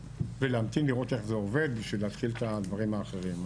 ולהמתין ולראות איך זה עובד בשביל להתחיל את הדברים האחרים.